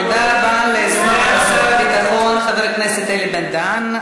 תודה רבה לסגן שר הביטחון חבר הכנסת אלי בן-דהן.